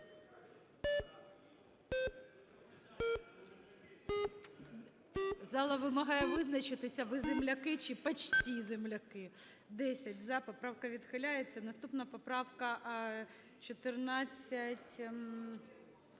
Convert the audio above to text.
Зала вимагає визначитися: ви земляки чи почти земляки? 17:42:47 За-10 Поправка відхиляється. Наступна поправка –